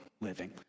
living